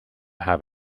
have